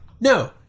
no